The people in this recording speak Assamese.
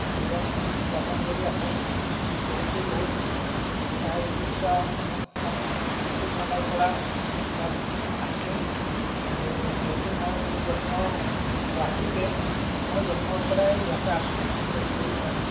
জীৱন যাপন কৰি আছে বহুতো বহুত প্ৰায় ঊন্নৈছশ ষাঠি সত্তৰ চনৰ পৰা ইয়াত আছে আৰু যিহেতু মই মোৰ জন্ম গুৱাহাটীতে মই জন্মৰ পৰাই ইয়াতে আছোঁ গণেশগুৰি নয়নপুৰত